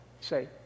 Say